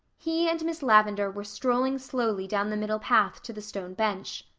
he and miss lavendar were strolling slowly down the middle path to the stone bench.